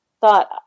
thought